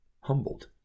humbled